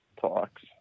talks